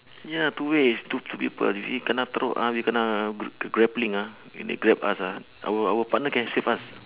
ya two ways two two people you see kena throw out you kena gr~ gr~ grappling ah when they grab us ah our our partner can save us